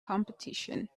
competition